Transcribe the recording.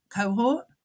cohort